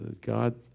God